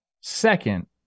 second